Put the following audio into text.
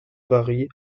varient